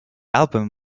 album